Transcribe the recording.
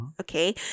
Okay